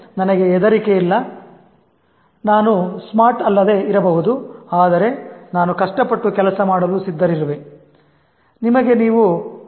ನನಗೆ ಹೆದರಿಕೆಯಿಲ್ಲ ನಾನು smart ಅಲ್ಲದೇ ಇರಬಹುದು ಆದರೆ ನಾನು ಕಷ್ಟಪಟ್ಟು ಕೆಲಸ ಮಾಡಲು ಸಿದ್ಧರಿರುವೆ ನಿಮಗೆ ನೀವು ಬಾ